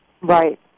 Right